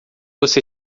você